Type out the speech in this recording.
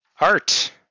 Art